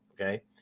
Okay